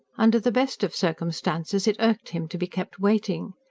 under the best of circumstances it irked him to be kept waiting.